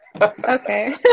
Okay